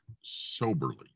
soberly